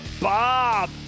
Bob